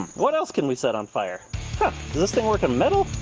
what else can we set on fire? huh, does this thing work on metal?